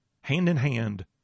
hand-in-hand